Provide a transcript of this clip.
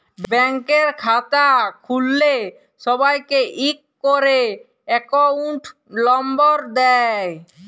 ব্যাংকের খাতা খুল্ল্যে সবাইকে ইক ক্যরে একউন্ট লম্বর দেয়